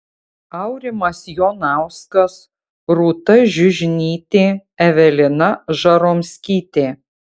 aurimas jonauskas rūta žiužnytė evelina žaromskytė